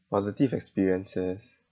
positive experiences